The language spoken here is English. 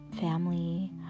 family